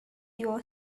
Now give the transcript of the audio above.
your